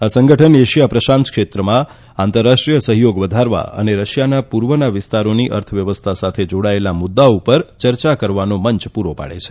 આ સંગઠન એશિયા પ્રશાંત ક્ષેત્રમાં આંતરરાષ્ટ્રીય સહયોગ વધારવા અને રશિયાના પુર્વના વિસ્તારોની અર્થ વ્યવસ્થા સાથે જાડાયેલા મુદૃઓ ઉપર ચર્ચા કરવાનો મંચ પુરો પાડે છે